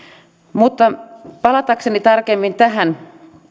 mutta palatakseni tarkemmin tähän